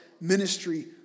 ministry